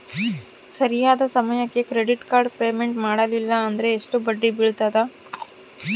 ಸರಿಯಾದ ಸಮಯಕ್ಕೆ credit card payment ಮಾಡಲಿಲ್ಲ ಅಂದ್ರೆ ಎಷ್ಟು ಬಡ್ಡಿ ಬೇಳ್ತದ?